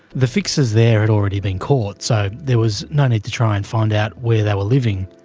the fixers there had already been caught, so there was no need to try and find out where they were living,